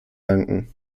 danken